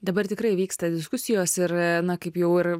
dabar tikrai vyksta diskusijos ir na kaip jau ir